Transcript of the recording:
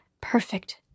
perfect